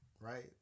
right